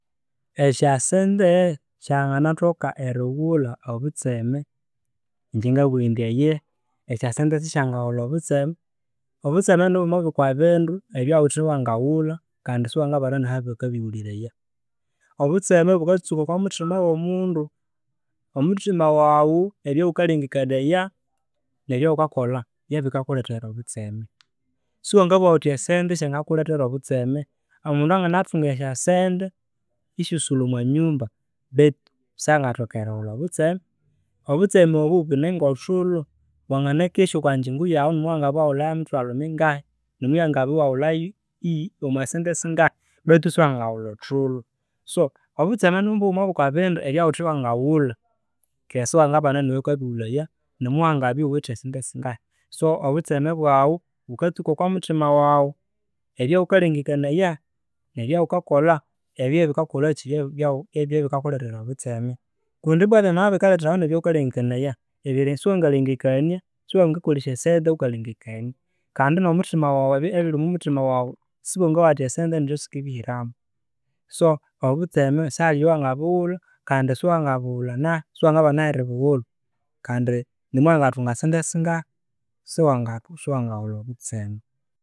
Esyasente syanganathoka erighulha obutseme? Ingye ngabugha indi eyehe, esyasente sisyangaghulha obutseme. Obutseme nibugha byo kwabindu ebya ghuthe wangaghula kandi siwangabana nahabakabighuliraya. Obutseme bukatsuka okwa muthima wo mundu. Omuthima wawu ebyaghukalengekanaya nebya ghukakolha byebikakulethera obutseme. Siwangabughaghuthi esyasente syanganakulthera obutseme. Omundu anganathunga esyasente isyisulha omwa nyumnba baitu syangathoka erighula obutseme. Obutseme obwu bune ngo thulhu. Wanganakesya okwa njingo yaghu namuwangabya iwaghulhayo mithwalhu mingahi nimuwangabya iwaghulha omwa sente singahi baitu isiwangaghulha othulhu. So obutseme nibughuma bwa kwa bindu ebya ghuthe wangaghulha ke siwangabana noyu kabighulayamuwangabya ighuwithe esyasente singahi. So obutseme bwaghu bukatsuka okwa muthima waghu. Ebyaghukalengekanaya nebyaghukakolha, ebyo bybikokolhaki, byabikakulthera obutseme. Kundi ibwa byamabya ibikalethewa nebyaghukalengekanaya siwangalengekania, siwangakolesya sente ghukalengekania kandi no muthima waghu ebiri owma muthima waghu siwangabugha ghuthi esya sente nisyo sikibihiramo. So obutseme sihali oyowangabughulha kandi siwanga bughulha nahi, siwangabanaaheribughulhakandi namuwangathunga sente singahi siwanga siwanga ghula obutseme.